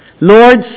Lord